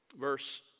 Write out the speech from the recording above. Verse